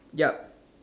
ya